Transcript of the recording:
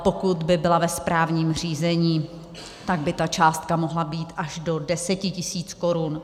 Pokud by byla ve správním řízení, tak by ta částka mohla být až do 10 tisíc korun.